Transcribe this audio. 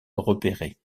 repéré